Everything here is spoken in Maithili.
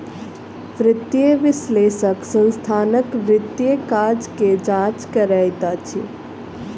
वित्तीय विश्लेषक संस्थानक वित्तीय काज के जांच करैत अछि